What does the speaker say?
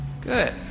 Good